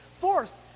Fourth